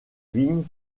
vignes